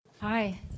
hi